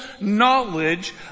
knowledge